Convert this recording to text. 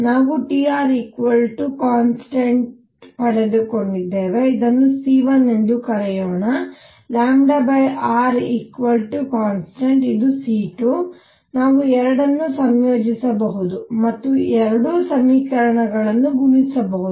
ನಾವು Trconstant ಪಡೆದುಕೊಂಡಿದ್ದೇವೆ ಇದನ್ನು c1 ಎಂದು ಕರೆಯೋಣ rಕಾನ್ಸ್ಟಂಟ್ ಇದು c 2 ನಾವು 2 ಅನ್ನು ಸಂಯೋಜಿಸಬಹುದು ಮತ್ತು ಎರಡೂ ಸಮೀಕರಣಗಳನ್ನು ಗುಣಿಸಬಹುದು